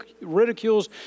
ridicules